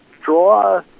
draw